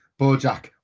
Bojack